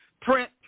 Print